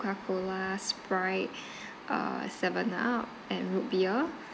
sprite uh seven up and root beer